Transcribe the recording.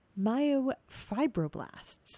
myofibroblasts